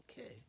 Okay